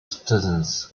students